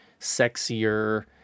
sexier